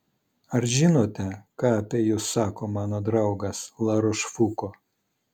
ar žinote ką apie jus sako mano draugas larošfuko